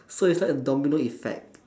so it's like a domino effect